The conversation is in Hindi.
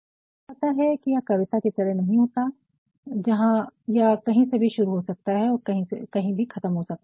आपको पता है कि यह कविता की तरह नहीं होता है जहां यह कहीं से भी शुरू हो सकता है और कहीं भी खत्म हो सकता है